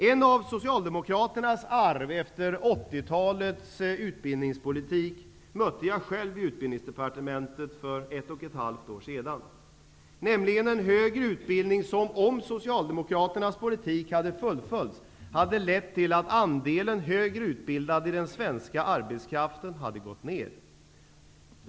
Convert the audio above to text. Ett av Socialdemokraternas arv efter 80-talets utbildningspolitik mötte jag själv i Utbildningsdepartementet för ett och ett halvt år sedan, nämligen att den högre utbildningen, om den socialdemokratiska politiken hade fullföljts, hade lett till att andelen högutbildade inom den svenska arbetsmarknaden hade gått ner.